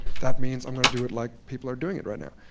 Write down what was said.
that means i'm going to do it like people are doing it right now.